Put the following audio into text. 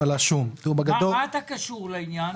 מה אתה קשור לעניין?